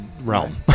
realm